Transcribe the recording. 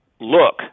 look